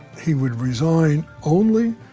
he would resign only